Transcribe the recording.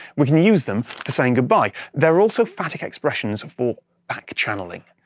we can use them for saying goodbye. there are also phatic expressions for backchanneling,